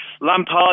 Lampard